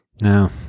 No